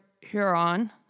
Huron